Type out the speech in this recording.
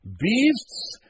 beasts